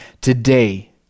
Today